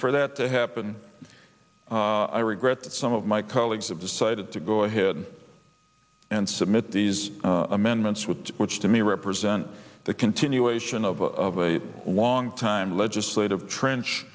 for that to happen i regret that some of my colleagues have decided to go ahead and submit these amendments with which to me represent the continuation of a long time legislative trench